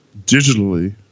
digitally